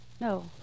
No